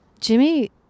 jimmy